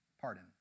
pardon